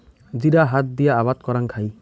জিরা হাত দিয়া আবাদ করাং খাই